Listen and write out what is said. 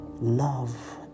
love